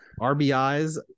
RBIs